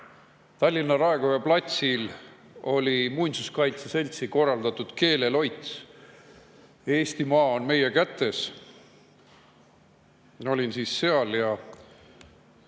Tallinna Raekoja platsil oli muinsuskaitse seltsi korraldatud keeleloits "Eestimaa on meie kätes". Ma olin siis seal ja